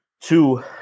two